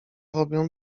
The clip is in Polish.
robią